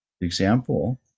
example